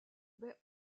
baie